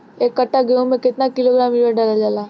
एक कट्टा गोहूँ में केतना किलोग्राम यूरिया डालल जाला?